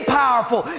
powerful